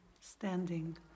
standing